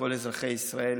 כל אזרחי ישראל,